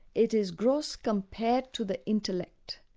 it is gross compared to the intellect.